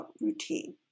routine